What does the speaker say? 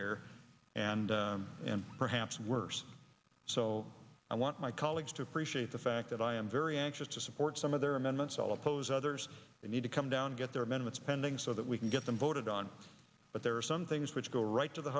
here and perhaps worse so i want my colleagues to appreciate the fact that i am very anxious to support some of their amendments all of those others that need to come down get their amendments pending so that we can get them voted on but there are some things which go right to the